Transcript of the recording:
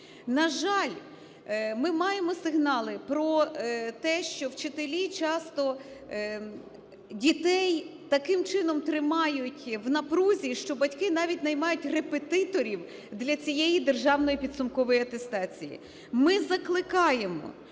На жаль, ми маємо сигнали про те, що вчителі часто дітей таким чином тримають в напрузі, що батьки навіть наймають репетиторів для цієї державної підсумкової атестації. Ми закликаємо,